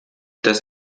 dass